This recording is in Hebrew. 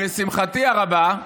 שלשמחתי הרבה,